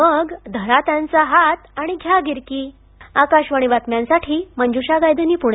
मग धरा त्यांचा हात आणि घ्या गिरकी आकाशवाणी बातम्यांसाठी मंजुषा गायधनी पुणे